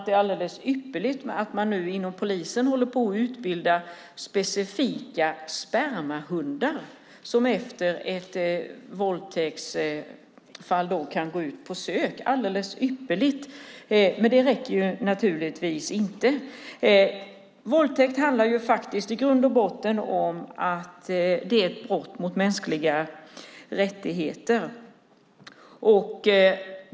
Det är alldeles ypperligt att man inom polisen håller på att utbilda specifika spermahundar som efter en våldtäkt kan gå ut och söka. Det räcker dock inte. Våldtäkt är i grund och botten ett brott mot de mänskliga rättigheterna.